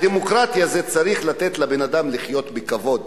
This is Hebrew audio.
הדמוקרטיה צריכה לתת לבן-אדם לחיות בכבוד,